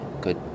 good